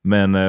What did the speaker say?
Men